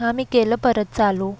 हां मी केलं परत चालू